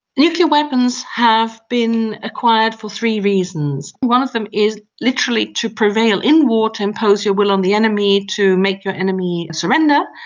nuclear weapons have been acquired for three reasons. one of them is literally to prevail in war, to impose your will on the enemy, to make your enemy surrender,